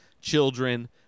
children